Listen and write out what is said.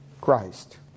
Christ